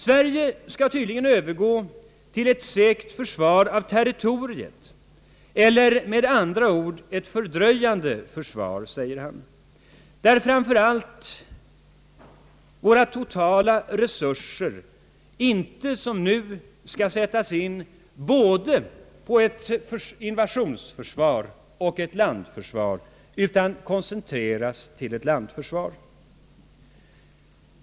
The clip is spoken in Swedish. Sverige skall tydligen övergå till ett segt försvar av territoriet, eller med andra ord ett fördröjande försvar, säger försvarsministern, där framför allt våra totala resurser inte som nu skall sättas in i både ett invasionsförsvar och ett lantförsvar utan koncentreras till ett lantförsvar.